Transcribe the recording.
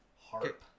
harp